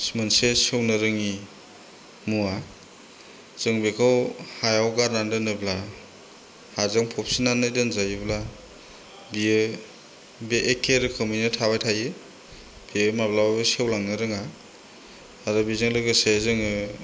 मोनसे सेवनो रोङि मुवा जों बेखौ हायाव गारनाने दोनोब्ला हाजों फबसिननानै दोनजायोब्ला बेयो बे एक्खे रोखोमैनो थाबाय थायो बेयो माब्लाबाबो सेवलांनो रोङा आरो बेजों लोगोसे जोङो